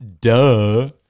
Duh